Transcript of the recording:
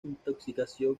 intoxicación